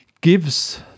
gives